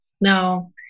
no